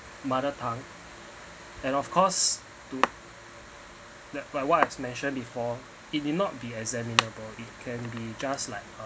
mother tongue and of course to that what I've mentioned before it need not be examiner it can be just like a